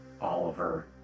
Oliver